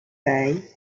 bay